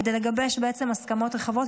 כדי לגבש הסכמות רחבות,